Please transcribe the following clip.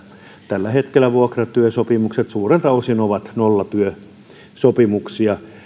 tällä hetkellä vuokratyösopimukset suurelta osin ovat nollatyösopimuksia